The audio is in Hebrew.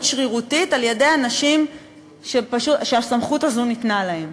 שרירותית על-ידי אנשים שהסמכות הזו ניתנה להם.